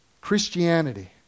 Christianity